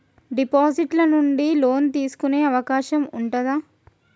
Deposit ల నుండి loan తీసుకునే అవకాశం ఉంటదా?